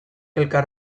elkar